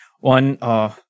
One